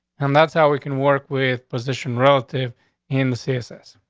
and that's how we can work with position relative in the css